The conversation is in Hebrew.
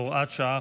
הוראת שעה,